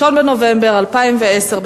1 בנובמבר 2010,